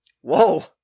Whoa